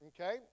Okay